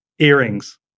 earrings